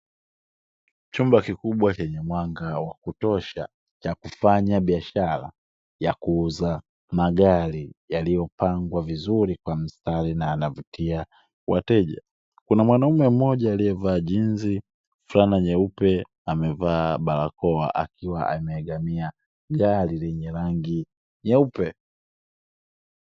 Chumba kikubwa chenye mwanga wa kutosha cha kufanya biashara ya kuuza magari, yaliyopangwa vizuri kwa mstari na yanavutia wateja. Kuna mwanaume mmoja aliyevaa jinzi, fulana nyeupe, amevaa barakoa; akiwa ameegamia gari lenye rangi nyeupe.